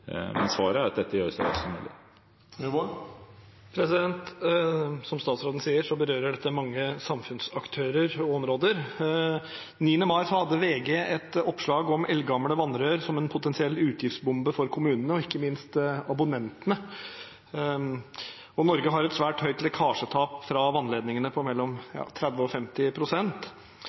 Svaret er at dette gjøres Som statsråden sier, berører dette mange samfunnsaktører og områder. Den 9. mai hadde VG et opplag om eldgamle vannrør som en potensiell utgiftsbombe for kommunene, og ikke minst for abonnentene. Norge har et svært høyt lekkasjetap fra vannledningene på mellom 30 pst. og